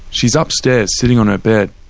she's upstairs sitting on her bed.